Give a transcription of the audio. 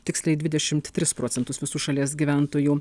tiksliai dvidešimt tris procentus visų šalies gyventojų